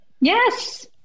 Yes